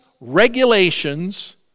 regulations